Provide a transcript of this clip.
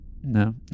No